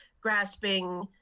grasping